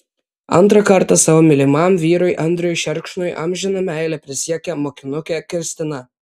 antrą kartą savo mylimam vyrui andriui šerkšnui amžiną meilę prisiekė mokinukė kristina